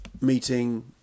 meeting